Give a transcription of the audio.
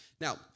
Now